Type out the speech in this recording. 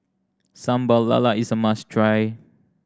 Sambal Lala is a must try